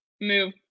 move